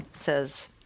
says